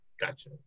Gotcha